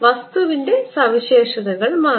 വസ്തുവിൻറെ സവിശേഷതകൾ മാറി